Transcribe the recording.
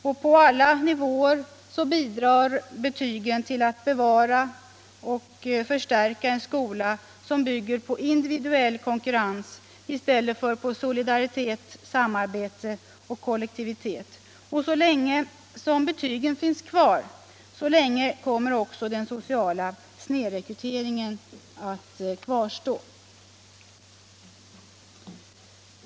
Och på alla nivåer bidrar betygen till att bevara och förstärka en skola som bygger på individuell konkurrens i stället för på solidaritet, samarbete och kol 45 lektivitet. Så länge betygen finns kvar, så länge kommer också den sociala snedrekryteringen att kvarstå.